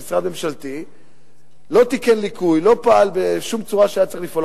במשרד ממשלתי ולא תיקן ליקוי ולא פעל בשום צורה שהיה צריך לפעול,